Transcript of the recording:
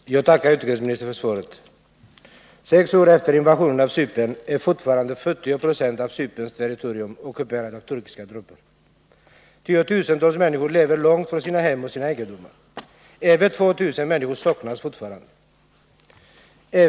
Herr talman! Jag tackar utrikesministern för svaret. Sex år efter invasionen på Cypern är fortfarande 40 70 av Cyperns territorium ockuperat av turkiska trupper. Tiotusentals människor lever långt från sina hem och sina egendomar. Över 2 000 människor saknas fortfarande.